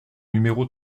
numéro